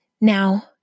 Now